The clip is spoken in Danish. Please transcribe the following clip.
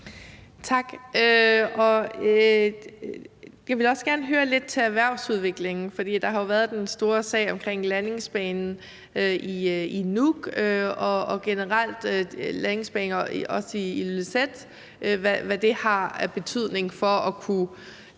Tak. Jeg vil også gerne høre lidt om erhvervsudviklingen, for der har jo været den store sag om landingsbanen i Nuuk og om landingsbaner generelt, også i Ilulissat. Jeg vil gerne høre, hvad det har af betydning for at kunne